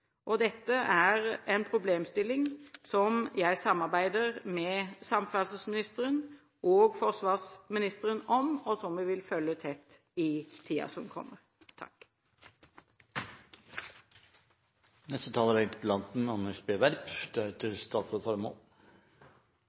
Dette er en problemstilling jeg samarbeider med samferdselsministeren og forsvarsministeren om, og som jeg vil følge tett i tiden som kommer. Det denne interpellasjonen dreier seg aller minst om, er